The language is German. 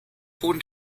hohen